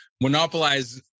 monopolize